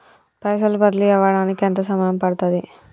పైసలు బదిలీ అవడానికి ఎంత సమయం పడుతది?